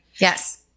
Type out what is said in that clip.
Yes